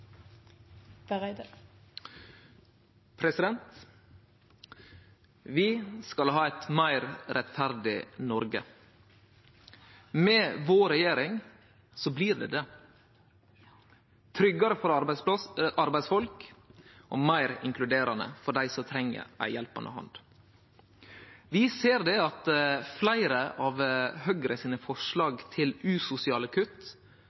refererte til. Vi skal ha eit meir rettferdig Noreg. Med vår regjering blir det det – tryggare for arbeidsfolk og meir inkluderande for dei som treng ei hjelpande hand. Når det gjeld fleire av Høgre sine forslag til usosiale kutt,